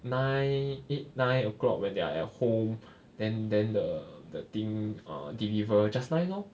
nine eight nine o'clock when they're at home then then the the thing err deliver just nice lor